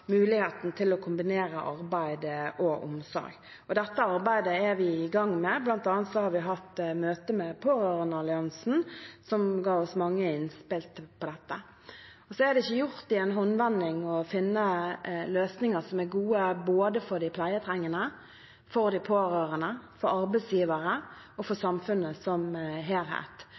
muligheten til å kombinere arbeid og omsorg. Dette arbeidet er vi i gang med. Vi har bl.a. hatt et møte med Pårørendealliansen, som ga oss mange innspill om dette. Det er ikke gjort i en håndvending å finne løsninger som er gode både for de pleietrengende, for de pårørende, for arbeidsgivere og for samfunnet som